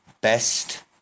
best